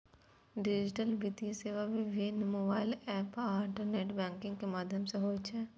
digital वित्तीय सेवा विभिन्न मोबाइल एप आ इंटरनेट बैंकिंग के माध्यम सं होइ छै